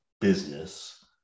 business